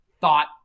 thought